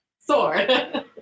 Sword